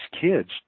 kids